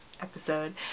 episode